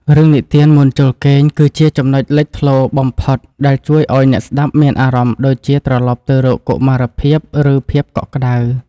រឿងនិទានមុនចូលគេងគឺជាចំណុចលេចធ្លោបំផុតដែលជួយឱ្យអ្នកស្តាប់មានអារម្មណ៍ដូចជាត្រឡប់ទៅរកកុមារភាព ឬ ភាពកក់ក្តៅ។